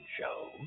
show